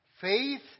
Faith